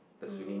um